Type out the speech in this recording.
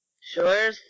Sure